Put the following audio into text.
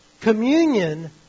Communion